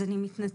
אז אני מתנצלת,